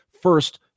first